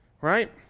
Right